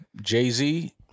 Jay-Z